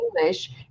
English